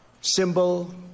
symbol